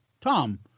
Tom